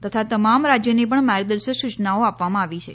તથા તમામ રાજ્યોને પણ માર્ગદર્શક સૂચનાઓ આપવામાં આવી છે